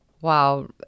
wow